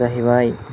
जाहैबाय